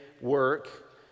work